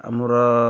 ଆମର